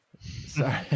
Sorry